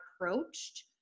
approached